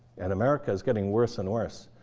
and america is getting worse and worse.